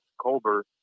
Colbert